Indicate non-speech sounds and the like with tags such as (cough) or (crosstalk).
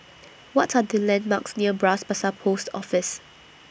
(noise) What Are The landmarks near Bras Basah Post Office